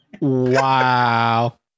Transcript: Wow